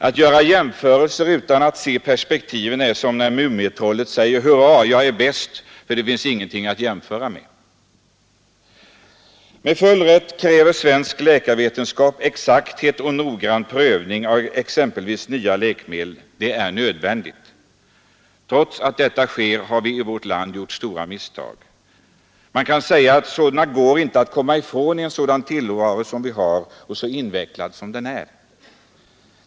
Att göra jämförelser utan att se perspektiven är som när Mumintrollet säger: ”Hurra, jag är bäst för det finns ingenting att jämföra med.” Med full rätt kräver svensk läkarvetenskap exakthet och noggrann prövning av exempelvis nya läkemedel — det är nödvändigt. Trots att detta sker har vi i vårt land gjort stora misstag. Man kan säga att sådana inte går att komma ifrån i den tillvaro som vi har och så invecklad som den är.